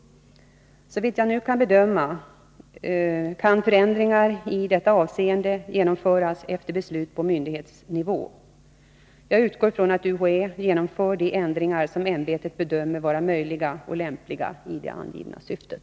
Såvitt jag nu kan bedöma kan förändringar i detta avseende genomföras efter beslut på myndighetsnivå. Jag utgår från att UHÄ genomför de ändringar som ämbetet bedömer vara möjliga och lämpliga i det angivna syftet.